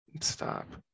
stop